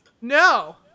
No